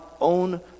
own